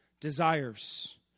desires